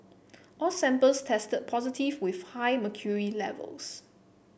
all samples tested positive with high mercury levels